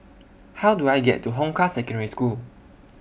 How Do I get to Hong Kah Secondary School